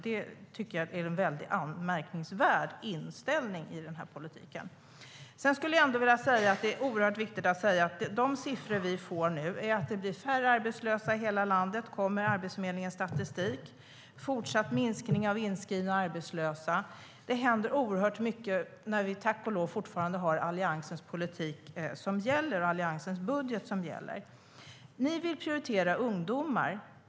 Det är en anmärkningsvärd inställning. Ni vill prioritera ungdomar.